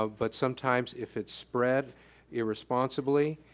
ah but sometimes if it's spread irresponsibly,